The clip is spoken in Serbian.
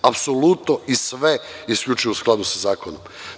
Apsolutno i sve je isključivo u skladu sa zakonom.